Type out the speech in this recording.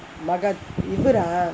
mahath இவரா:ivaraa